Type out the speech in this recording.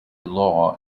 law